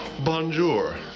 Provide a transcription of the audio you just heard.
Bonjour